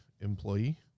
employee